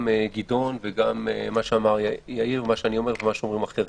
גדעון ומה שאמר יאיר ומה שאני אומר ומה שאומרים אחרים.